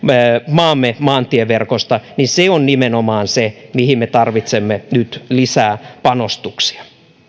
maamme maantieverkosta on nimenomaan se mihin me tarvitsemme nyt lisää panostuksia